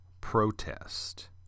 protest